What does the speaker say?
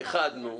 איחדנו.